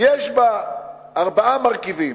יש בה ארבעה מרכיבים,